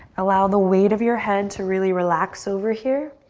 allow the weight of your head to really relax over here.